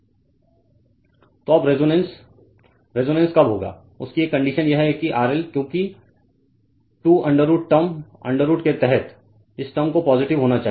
Refer Slide Time 0449 तो अब resonance resonance कब होगा उसकी एक कंडीशन यह है कि RL क्योंकि 2 √टर्म √ के तहत हैं इस टर्म को पॉज़ीटिव होना चाहिए